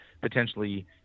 potentially